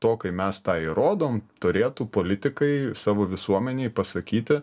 to kai mes tą įrodom turėtų politikai savo visuomenei pasakyti